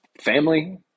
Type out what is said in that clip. Family